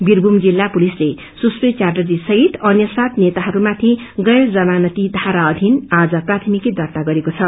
बीरभूम जिल्ला पुलिसले सुश्री च्याइजी सहित अन्य सात नेताहरूमाथि गैर जमानती धारा अधिन आज प्राथमिकी दर्ता गरेको छ